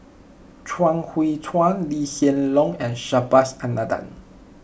Chuang Hui Tsuan Lee Hsien Loong and Subhas Anandan